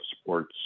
sports